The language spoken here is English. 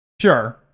Sure